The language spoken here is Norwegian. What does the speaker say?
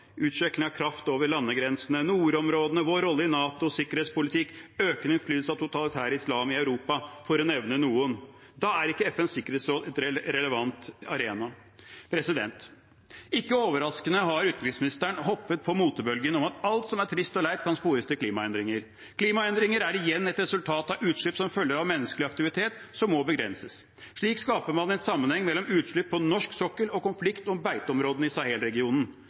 av kraft over landegrensene, nordområdene, vår rolle i NATO og sikkerhetspolitikk, økende innflytelse av totalitær islam i Europa, for å nevne noen. Da er ikke FNs sikkerhetsråd en relevant arena. Ikke overraskende har utenriksministeren hoppet på motebølgen om at alt som er trist og leit, kan spores til klimaendringene. Klimaendringer er igjen et resultat av utslipp som følger av menneskelig aktivitet, som må begrenses. Slik skaper man en sammenheng mellom utslipp på norsk sokkel og konflikt om beiteområdene i